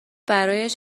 برایش